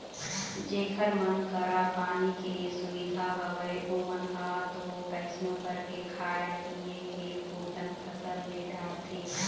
जेखर मन करा पानी के सुबिधा हवय ओमन ह तो कइसनो करके खाय पींए के पुरतन फसल ले डारथे